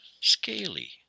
scaly